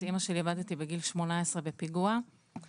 את אימא שלי איבדתי בגיל 18 בפיגוע ואת